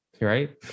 right